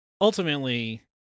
ultimately